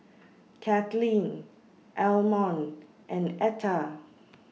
Kathlyn Almon and Etta